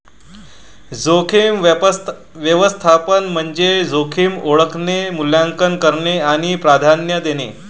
जोखीम व्यवस्थापन म्हणजे जोखीम ओळखणे, मूल्यांकन करणे आणि प्राधान्य देणे